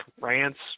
rants